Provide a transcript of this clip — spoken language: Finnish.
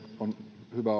on